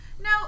No